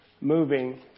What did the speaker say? moving